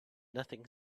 nothing